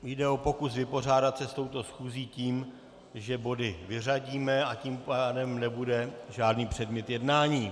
Jde o pokus vypořádat se s touto schůzí tím, že body vyřadíme, a tím pádem nebude žádný předmět jednání.